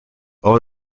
over